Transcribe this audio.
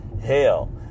Hell